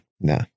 nah